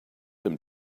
them